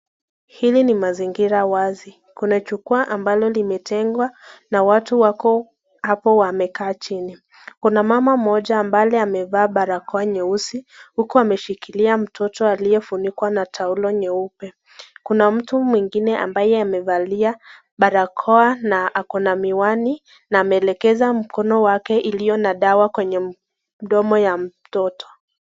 Hili ni mazingira wazi, kuna jukwaa ambalo limetengwa na watu wako hapo wamekaa chini. Kuna mama mmoja ambaye amevaa barakoa nyeusi huku ameshikilia mtoto aliyefunikwa na taulo nyeupe. Kuna mtu mwingine ambaye amevalia barakoa na ako na miwani na ameelekeza mkono wake iliyo na dawa kwenye mdomo ya mtoto.